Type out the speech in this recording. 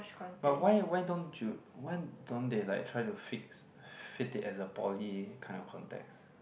but why why don't you why don't they like try to fix fit it as poly kind of context